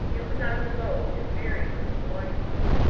it was on the road, and varied with its windings.